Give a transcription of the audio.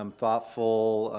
um thoughtful,